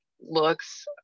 looks